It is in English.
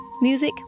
Music